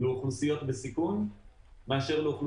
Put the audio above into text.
עשרות אלפים של עובדים לא עובדים,